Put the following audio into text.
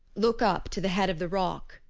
look up to the head of the rock,